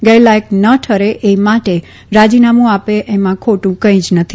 ગેરલાયક ન ઠરે એ માટે રાજીનામું આપે એમાં ખોટું કંઇ જ નથી